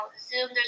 Zoom